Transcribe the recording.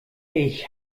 ich